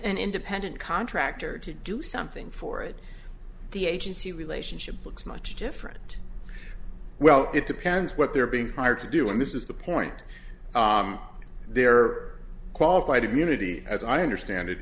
and independent contractor to do something for it the agency relationship looks much different well it depends what they're being hired to do and this is the point they're qualified immunity as i understand it